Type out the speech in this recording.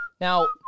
Now